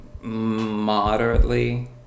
moderately